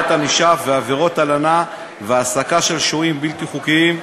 ענישה בעבירות הלנה והעסקה של שוהים בלתי חוקיים),